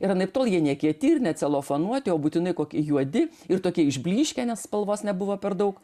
ir anaiptol jie nekieti ir necelofanuoti o būtinai kokie juodi ir tokie išblyškę nes spalvos nebuvo per daug